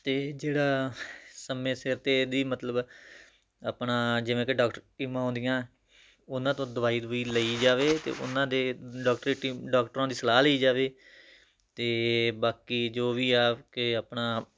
ਅਤੇ ਜਿਹੜਾ ਸਮੇਂ ਸਿਰ 'ਤੇ ਇਹਦੀ ਮਤਲਬ ਆਪਣਾ ਜਿਵੇਂ ਕਿ ਡਾਕਟਰ ਟੀਮਾਂ ਆਉਂਦੀਆਂ ਉਹਨਾਂ ਤੋਂ ਦਵਾਈ ਦਵੂਈ ਲਈ ਜਾਵੇ ਅਤੇ ਉਹਨਾਂ ਦੇ ਡਾਕਟਰੀ ਟੀਮ ਡਾਕਟਰਾਂ ਦੀ ਸਲਾਹ ਲਈ ਜਾਵੇ ਅਤੇ ਬਾਕੀ ਜੋ ਵੀ ਆ ਕਿ ਆਪਣਾ